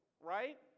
right